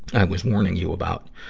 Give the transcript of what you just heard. i was warning you about.